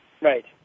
Right